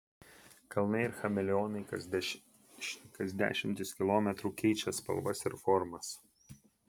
kalnai it chameleonai kas dešimtis kilometrų keičia spalvas ir formas